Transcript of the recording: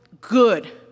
good